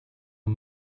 een